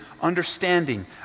understanding